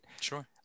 Sure